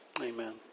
Amen